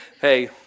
hey